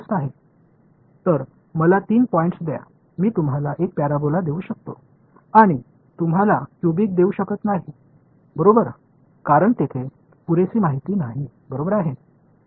எனவே எனக்கு மூன்று புள்ளிகளைக் கொடுத்தாள் நான் உங்களுக்கு ஒரு பரபோலாவை கொடுக்க முடியும் நான் உங்களுக்கு ஒரு கன சதுரத்தை கொடுக்க முடியாது ஏனெனில் அங்கு போதுமான தகவல்கள் இல்லை